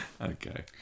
Okay